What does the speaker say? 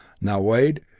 now, wade,